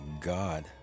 God